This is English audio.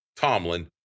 Tomlin